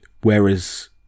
whereas